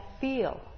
feel